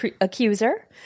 accuser